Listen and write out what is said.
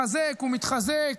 מחזק ומתחזק,